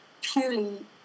purely